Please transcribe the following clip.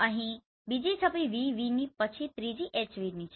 અહીં બીજી છબી VV ની પછી ત્રીજી HVની છે